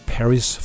Paris